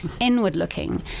inward-looking